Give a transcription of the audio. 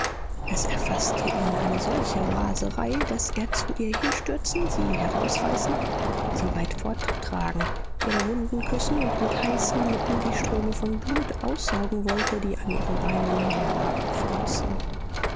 es erfaßte ihn eine solche raserei daß er zu ihr hinstürzen sie herausreißen sie weit forttragen ihre wunden küssen und mit heißen lippen die ströme von blut aufsaugen wollte die an ihren beinen